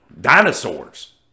dinosaurs